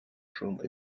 chambre